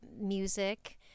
music